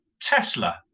Tesla